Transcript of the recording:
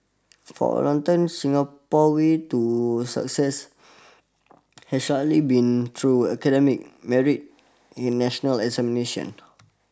for a long time Singapore way to success has largely been through academic merit in national examinations